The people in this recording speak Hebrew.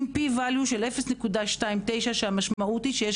עם P ווליו של 0.29 שהמשמעות היא שיש